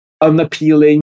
unappealing